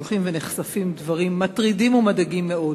הולכים ונחשפים דברים מטרידים ומדאיגים מאוד.